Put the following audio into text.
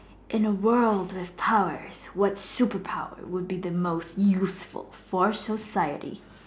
in a world with powers what super power world be most useful for society